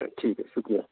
ٹھیک ہے شکریہ